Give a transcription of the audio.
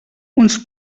uns